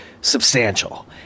substantial